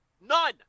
none